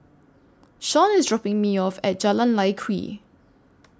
Shaun IS dropping Me off At Jalan Lye Kwee